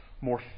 more